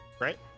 right